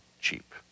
cheap